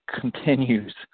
continues